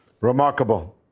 Remarkable